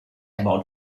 about